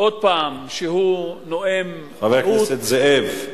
עוד פעם שהוא נואם, חבר הכנסת זאב.